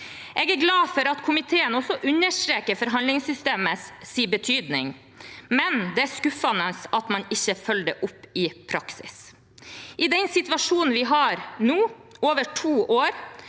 Jeg er glad for at komiteen også understreker forhandlingssystemets betydning, men det er skuffende at man ikke følger det opp i praksis. I den situasjonen vi har nå, over to år,